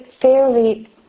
fairly